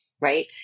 right